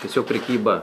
tiesiog prekyba